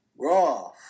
Raw